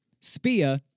Spear